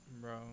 bro